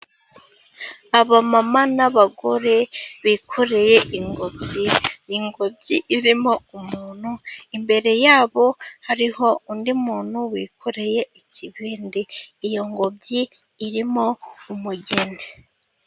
Abamama n'abagore bikoreye ingobyi, ingobyi irimo umuntu imbere yabo hariho undi muntu wikoreye ikibindi iyo ngobyi irimo umugeni.